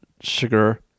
Sugar